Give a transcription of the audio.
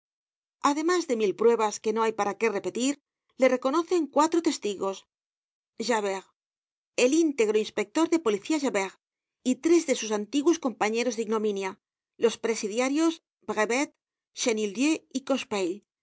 además de mil pruebas que no hay para qué repetir le reconocen cuatro testigos javert el íntegro inspector de policía javert y tres de sus antiguos compañeros de ignominia los presidiarios